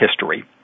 history